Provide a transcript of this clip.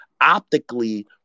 optically